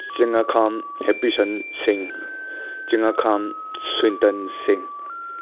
ꯆꯤꯡꯉꯥꯈꯝ ꯍꯥꯞꯄꯤꯁꯟ ꯁꯤꯡ ꯆꯤꯡꯉꯥꯈꯝ ꯁ꯭ꯋꯤꯟꯇꯟ ꯁꯤꯡ